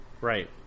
Right